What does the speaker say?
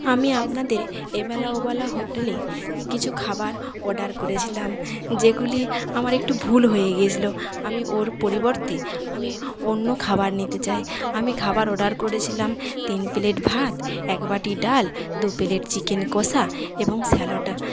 আমি আপনাদের এবেলা ওবেলা হোটেলে কিছু খাবার অর্ডার করেছিলাম যেগুলি আমার একটু ভুল হয়ে গেছিলো আমি ওর পরিবর্তে আমি অন্য খাবার নিতে চাই আমি খাবার অর্ডার করেছিলাম তিন প্লেট ভাত এক বাটি ডাল দু প্লেট চিকেন কষা এবং স্যালাড